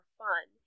fun